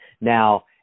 Now